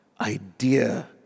idea